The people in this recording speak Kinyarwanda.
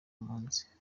impunzi